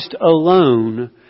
alone